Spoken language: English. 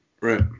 Right